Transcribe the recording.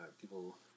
people